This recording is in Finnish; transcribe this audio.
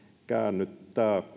käännyttää